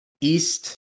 East